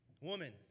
woman